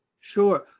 Sure